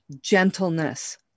gentleness